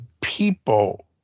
people